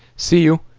see you.